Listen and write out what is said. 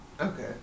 Okay